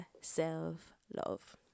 self-love